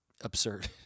absurd